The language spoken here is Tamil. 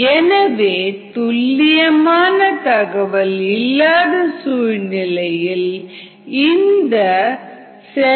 எனவே துல்லியமான தகவல் இல்லாத சூழ்நிலையில் இந்த cells4